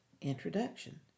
Introduction